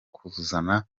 kuzana